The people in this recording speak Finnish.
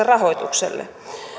rahoitukselle